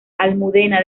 almudena